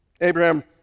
Abraham